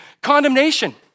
Condemnation